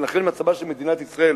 ולכן מצבה של מדינת ישראל,